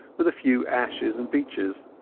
with a few ashes and beeches.